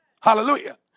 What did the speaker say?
Hallelujah